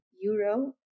euro